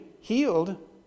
healed